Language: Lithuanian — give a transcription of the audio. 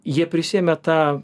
jie prisiėmė tą